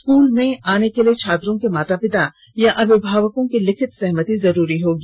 school में आने के लिए छात्रों के माता पिता या अभिभावकों की लिखित सहमति जरूरी होगी